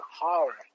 horror